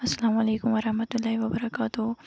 اَسلام علیکُم ورحمتہ اللہ وبرکاتہ